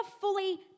fully